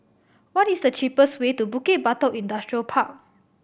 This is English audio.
what is the cheapest way to Bukit Batok Industrial Park